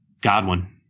Godwin